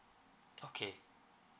okay